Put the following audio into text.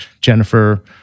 Jennifer